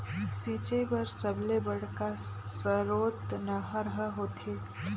सिंचई बर सबले बड़का सरोत नहर ह होथे